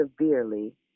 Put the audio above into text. severely